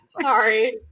Sorry